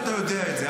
ואתה יודע את זה.